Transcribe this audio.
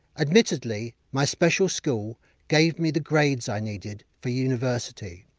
admittedly, my special school gave me the grades i needed for university,